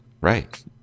Right